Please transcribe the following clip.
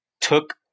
took